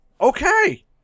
okay